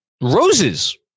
Roses